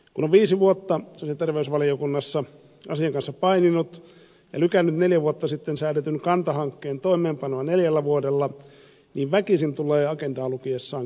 kun on viisi vuotta sosiaali ja terveysvaliokunnassa asian kanssa paininut ja lykännyt neljä vuotta sitten säädetyn kanta hankkeen toimeenpanoa neljällä vuodella niin väkisin tulee agendaa lukiessaan kyyniseksi